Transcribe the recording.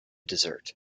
dessert